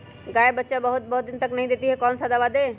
गाय बच्चा बहुत बहुत दिन तक नहीं देती कौन सा दवा दे?